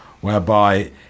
whereby